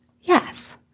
Yes